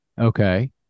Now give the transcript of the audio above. okay